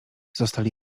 zostali